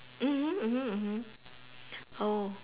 mmhmm oh